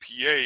PA